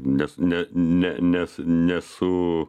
nes ne ne nes nesu